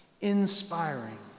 Inspiring